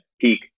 Peak